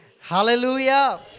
Hallelujah